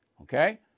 Okay